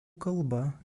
kalba